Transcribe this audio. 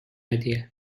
idea